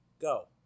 Go